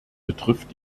betrifft